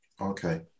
Okay